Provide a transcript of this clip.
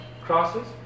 crosses